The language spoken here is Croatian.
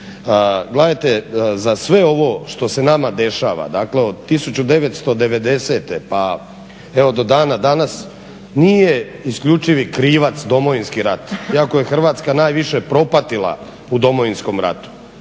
Gledajte za sve ovo što se nama dešava, dakle od 1990.pa evo do dana danas nije isključivi krivac Domovinski rat, iako je Hrvatska najviše propatila u Domovinskom ratu.